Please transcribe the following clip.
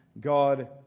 God